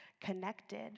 connected